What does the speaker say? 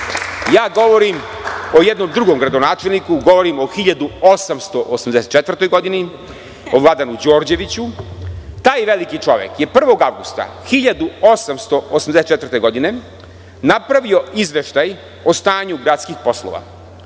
ja govorim o jednom drugom gradonačelniku, govorim o 1884. godini, o Vladanu Đorđeviću. Taj veliki čovek je 1. avgusta 1884. godine napravio izveštaj o stanju gradskih poslova.